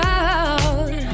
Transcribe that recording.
out